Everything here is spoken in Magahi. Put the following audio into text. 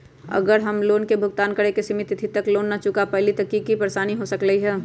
अगर हम लोन भुगतान करे के सिमित तिथि तक लोन न चुका पईली त की की परेशानी हो सकलई ह?